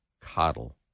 coddle